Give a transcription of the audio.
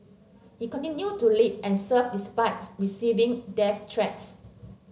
he continued to lead and serve despite receiving death threats